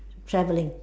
traveling